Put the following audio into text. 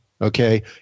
Okay